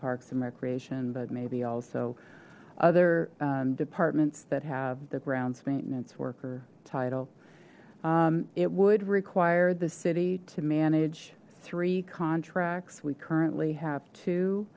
parks and recreation but maybe also other departments that have the grounds maintenance worker title it would require the city to manage three contracts we currently have two